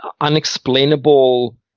unexplainable